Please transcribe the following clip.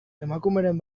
emakumeren